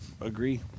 agree